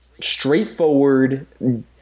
straightforward